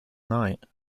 night